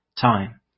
time